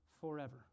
forever